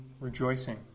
rejoicing